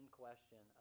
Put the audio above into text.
question